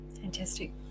Fantastic